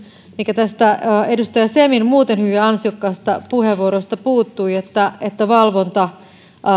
mikä tästä edustaja semin muuten hyvin ansiokkaasta puheenvuorosta puuttui että että